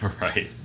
Right